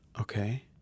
Okay